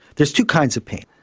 there's two kinds of pain.